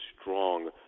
strong